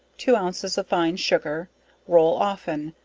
two ounces of fine sugar roll often,